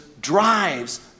drives